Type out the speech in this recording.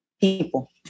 people